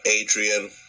Adrian